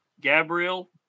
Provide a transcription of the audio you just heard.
Gabriel